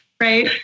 Right